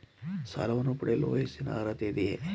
ಸಾಲವನ್ನು ಪಡೆಯಲು ವಯಸ್ಸಿನ ಅರ್ಹತೆ ಇದೆಯಾ?